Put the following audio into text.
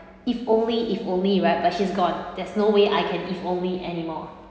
if only if only right but she's gone there's no way I can if only anymore